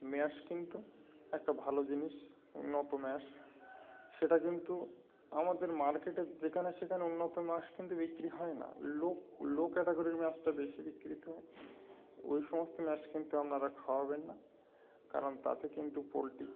mash কিন্তু একটা ভালো জিনিস উন্নত ম্যাশ সেটা কিন্তু আমাদের মার্কেটে যেখানে সেখানে উন্নত ম্যাশ কিন্তু বিক্রি হয় না লো লো ক্যাটিগরির ম্যাশটা বেশি বিক্রি হয় ওই সমস্ত ম্যাশ কিন্তু আপনারা খাওয়াবেন না কারণ তাতে কিন্তু পোলট্রি